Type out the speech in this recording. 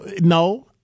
no